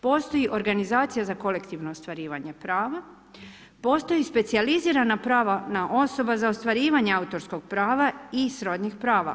Postoji organizacija za kolektivno ostvarivanje prava, postoji specijalizirana pravna osoba za ostvarivanje autorskih prava i srodnih prava.